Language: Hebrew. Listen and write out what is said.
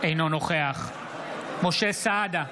אינו נוכח משה סעדה,